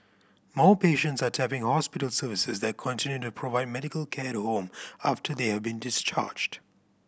more patients are tapping hospital services that continue to provide medical care at home after they have been discharged